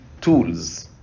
tools